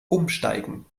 umsteigen